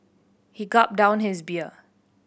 he gulped down his beer